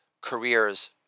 careers